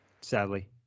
Sadly